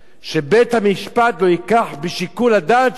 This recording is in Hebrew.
שבית-המשפט לא ייקח בשיקול הדעת שלו